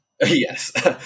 Yes